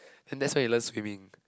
and that's where you learn swimming